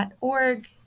org